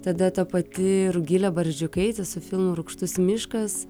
tada ta pati rugilė barzdžiukaitė su filmu rūgštus miškas